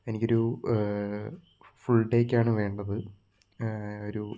എനിക്കൊരു ഫുൾ ഡേയ്ക്കാണ് വേണ്ടത് ഒരു